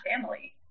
family